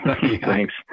Thanks